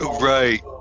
Right